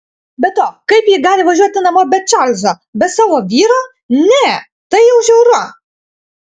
be to kaip ji gali važiuoti namo be čarlzo be savo vyro ne tai jau žiauru